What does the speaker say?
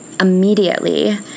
immediately